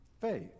faith